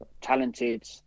talented